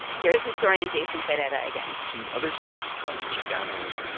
here is historian jason ferreira again these other students of color chicanos,